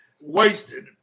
wasted